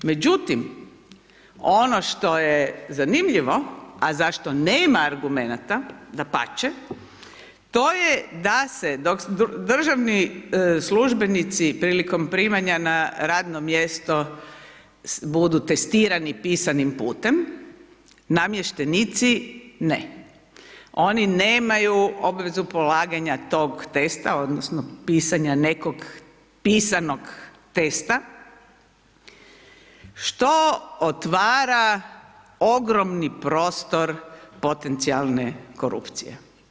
Međutim, ono što je zanimljivo, a za što nema argumenata dapače, to je da se, dok državni službenici prilikom primanja na radno mjesto budu testirani pisanim putem, namještenici ne, oni nemaju obvezu polaganja tog testa odnosno pisanja nekog pisanog testa, što otvara ogromni prostor potencijalne korupcije.